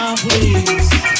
Please